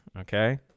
Okay